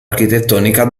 architettonica